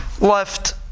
left